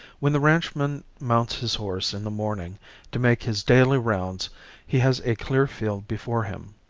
when the ranchman mounts his horse in the morning to make his daily rounds he has a clear field before him.